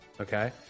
okay